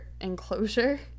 enclosure